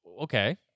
Okay